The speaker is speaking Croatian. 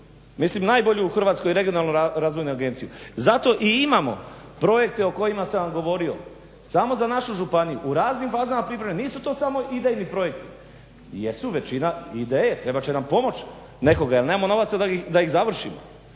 mislim najbolju u Hrvatskoj Regionalnu razvojnu agenciju. Zato i imamo projekte o kojima sam vam govorio samo za našu županiju u raznim fazama pripreme, nisu to samo idejni projekti. Jesu većina i ideje, trebat će nam pomoć nekoga jer nemamo novaca da ih završimo